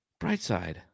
Brightside